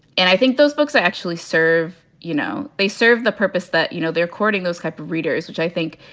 and i think those books actually serve you know, they serve the purpose that, you know, they're courting those type of readers, which i think,